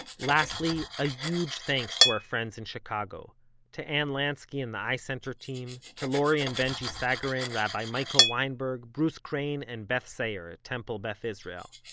lastly, a huge thanks to our friends in chicago to anne lanski and the icenter team, to lori and benjie sagarin, rabbi michael weinberg, bruce crane and beth sair at temple beth israel,